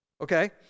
Okay